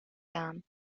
dam